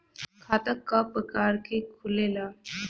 खाता क प्रकार के खुलेला?